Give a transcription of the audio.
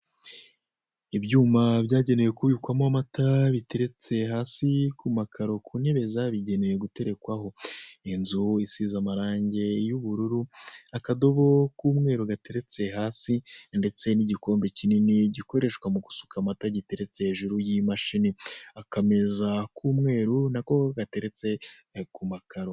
Ibyuma byagenewe kubikwamo amata, biteretse hasi ku makaro ku ntebe zabigenewe guterekwaho, inzu isize amarange y'ubururu, akadobo k'umweru gateretse hasi, ndetse n'igikombe kinini gikoreshwa mu gusuka amata giteretse hejuru y'imashini, aka meza k'umweru nako gateretse ku makaro.